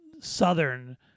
southern